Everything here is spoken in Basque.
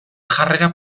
jarrera